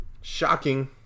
Shocking